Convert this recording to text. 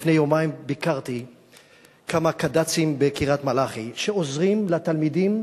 לפני יומיים ביקרתי כמה קד"צים בקריית-מלאכי שעוזרים לתלמידים